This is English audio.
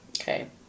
Okay